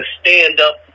stand-up